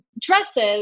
dresses